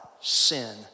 sin